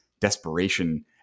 desperation